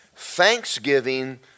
Thanksgiving